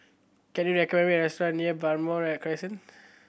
can you recommend me a restaurant near Balmoral Crescent